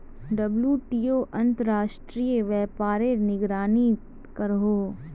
WTO अंतर्राश्त्रिये व्यापारेर निगरानी करोहो